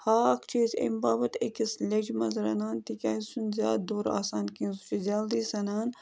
ہاکھ چھِ أسۍ اَمہِ باپَتھ أکِس لیٚجہِ منٛز رَنان تِکیٛازِ سُہ چھُنہٕ زیادٕ دوٚر آسان کیٚنٛہہ سُہ چھُ جلدی سٮ۪نان